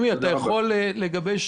שימי, דיברתי על